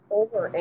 over